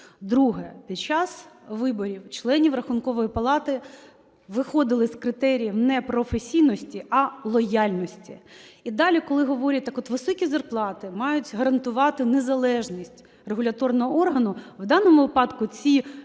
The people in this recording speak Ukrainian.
Друге. Під час виборів членів Рахункової палати виходили з критеріїв не професійності, а лояльності. І далі, коли говорять так-от високі зарплати мають гарантувати незалежність регуляторного органу, в даному випадку ці